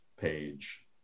page